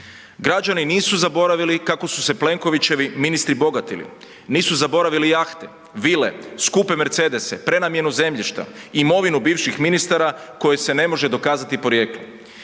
građani nisu zaboravili kako su se Plenkovićevi ministri bogatili, nisu zaboravili jahte, vile, skupe Mercedese, prenamjenu zemljišta, imovinu bivših ministara kojoj se ne može dokazati porijeklo.